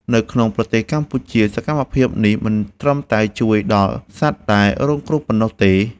នៅក្នុងប្រទេសកម្ពុជា សកម្មភាពនេះមិនត្រឹមតែជួយដល់សត្វដែលរងគ្រោះប៉ុណ្ណោះទេ។